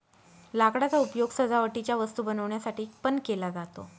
लाकडाचा उपयोग सजावटीच्या वस्तू बनवण्यासाठी पण केला जातो